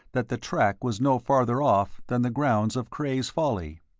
that the track was no farther off than the grounds of cray's folly.